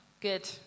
Good